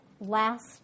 last